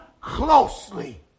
closely